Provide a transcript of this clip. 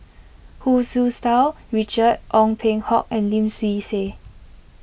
Hu Su Tau Richard Ong Peng Hock and Lim Swee Say